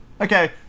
Okay